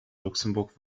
luxemburg